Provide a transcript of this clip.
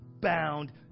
bound